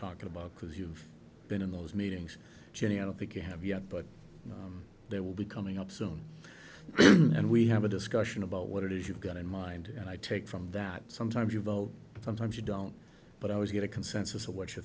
talking about because you've been in those meetings jenny i don't think you have yet but there will be coming up soon and we have a discussion about what it is you've got in mind and i take from that sometimes you vote sometimes you don't but i always get a consensus of what you're